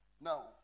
Now